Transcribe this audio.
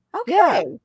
Okay